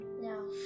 No